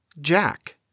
Jack